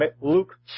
Luke